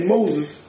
Moses